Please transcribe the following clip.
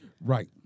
Right